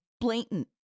blatant